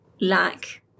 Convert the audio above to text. lack